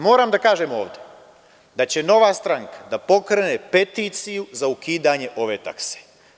Moram da kažem ovde da će Nova stranka da pokrene peticiju za ukidanje ove takse.